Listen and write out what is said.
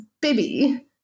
baby